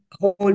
whole